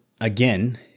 again